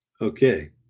Okay